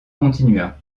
continua